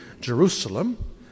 Jerusalem